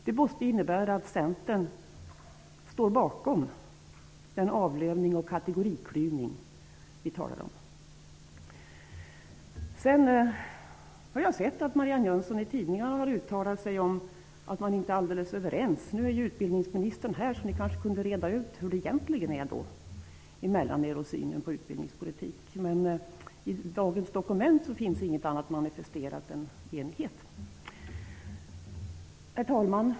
Det måste innebära att Centern står bakom den avlövning och kategoriklyvning vi talar om. Sedan har jag sett att Marianne Jönsson i tidningar har uttalat sig om att man inte är helt överens. Nu är ju utbildningsministern här, så ni kanske kunde reda ut hur det egentligen är mellan er i synen på utbildningspolitik. Men i dagens dokument finns inget annat manifesterat än enighet. Herr talman!